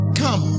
come